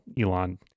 elon